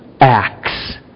acts